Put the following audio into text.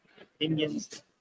opinions